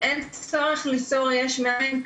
אין צורך ליצור יש מאין,